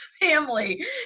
family